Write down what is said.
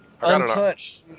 Untouched